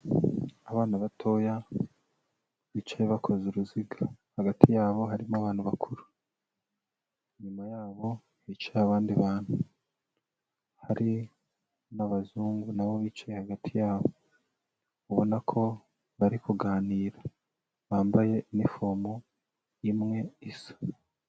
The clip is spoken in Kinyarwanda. Abana batoya bicaye bakoze uruziga, hagati yabo harimo abantu bakuru, inyuma yabo yicaye abandi bantu, hari n'abazungu na bo bicaye hagati yabo ubona ko bari kuganira, bambaye inifomu imwe isa.